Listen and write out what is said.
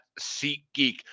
SeatGeek